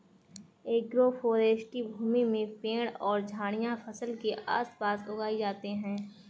agroforestry भूमि में पेड़ और झाड़ियाँ फसल के आस पास उगाई जाते है